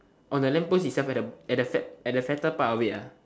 on the lamp post itself at the fat at the fatter part of it ah